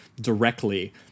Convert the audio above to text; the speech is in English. directly